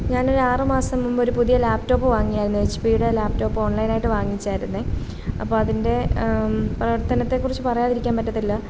ഞാനൊരാറുമാസം മുൻപൊരു പുതിയ ലാപ്റ്റോപ്പ് വാങ്ങിയാരുന്നു എച്ച് പീടെ ലാപ്റ്റോപ്പ് ഓൺലൈനായിട്ട് വാങ്ങിച്ചായിരുന്നെ അപ്പം അതിൻ്റെ പ്രവർത്തനത്തെ കുറിച്ച് പറയാതിരിക്കാൻ പറ്റത്തില്ല